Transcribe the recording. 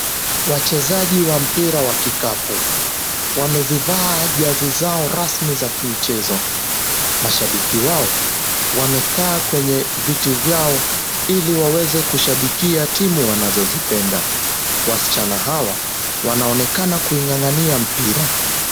Wachezaji wa mpira wa kikapu, wamezivaa jazi zao rasmi za kimchezo mashabiki wao wamekaa kwenye viti vyao ili waweze kushabikia timu wanazozipenda. Wasichana hawa wanaonekana kung'ang'ania mpira.